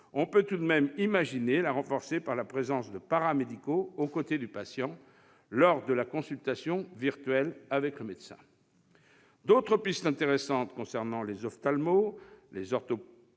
de soi -, elle pourrait être renforcée par la présence de paramédicaux aux côtés du patient lors de la consultation virtuelle avec le médecin. D'autres pistes intéressantes concernant les ophtalmologistes, les orthoptistes,